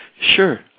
Sure